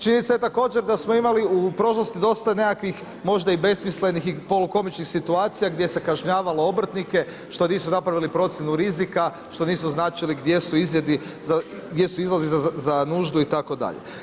Činjenica je također da smo imali u prošlosti dosta nekakvih možda i besmislenih i polukomičnih situacija gdje se kažnjavalo obrtnike što nisu napravili procjenu rizika, što nisu označili gdje su izlazi za nuždu itd.